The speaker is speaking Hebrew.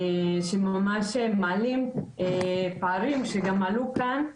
הנתונים ממש מעלים פערים שעלו כאן,